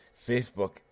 Facebook